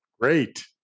Great